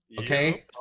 Okay